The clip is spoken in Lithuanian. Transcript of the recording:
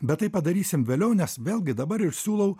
bet tai padarysim vėliau nes vėlgi dabar ir siūlau